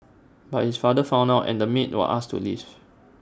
but his father found out and the maid was asked to leave